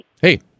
Hey